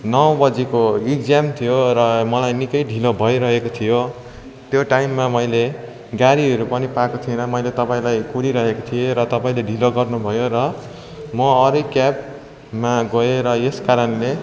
नौ बजीको इक्जाम थियो र मलाई निकै ढिलो भइरहेको थियो त्यो टाइममा मैले गाडीहरू पनि पाएको थिइनँ मैले तपाईँलाई कुरिरहेको थिएँ र तपाईँले ढिलो गर्नुभयो र म अरू नै क्याबमा गएँ र यसकारणले